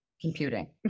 computing